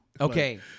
Okay